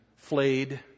Flayed